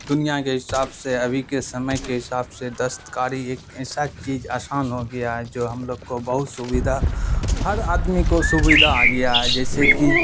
دنیا کے حساب سے ابھی کے سمے کے حساب سے دستکاری ایک ایسا چیز آسان ہو گیا ہے جو ہم لوگ کو بہت سویدھا ہر آدمی کو سویدھا آ گیا ہے جیسے کہ